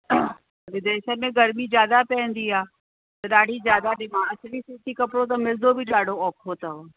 विदेशनि में गर्मी ज़्यादा पईंदी आहे ॾाढी ज़्यादा डिमांड आहे सूती कपिड़ो त मिलंदो बि ॾाढो औखो अथव